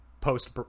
post-